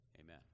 Amen